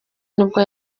nibwo